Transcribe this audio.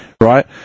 right